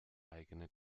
eigene